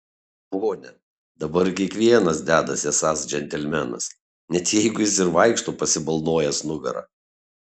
pone dabar kiekvienas dedasi esąs džentelmenas net jeigu jis ir vaikšto pasibalnojęs nugarą